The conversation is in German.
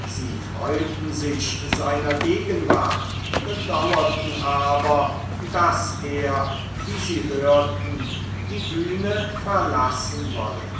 sie freuten sich seiner gegenwart bedauerten aber daß er wie sie hörten die bühne verlassen wolle